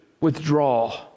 withdraw